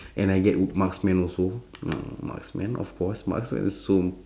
and I get m~ marksman also marksman of course marksman's so